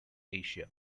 asia